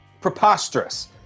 Preposterous